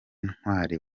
ntawari